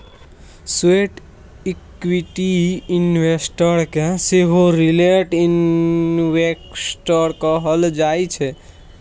sweat equity investor केँ सेहो retail investor कहल जाइ छै